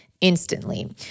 instantly